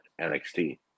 nxt